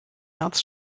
märz